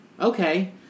okay